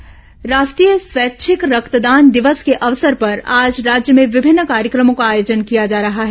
रक्तदान कार्यक्रम राष्ट्रीय स्वैच्छिक रक्तदान दिवस के अवसर पर आज राज्य में विभिन्न कार्यक्रमों का आयोजन किया जा रहा है